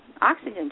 oxygen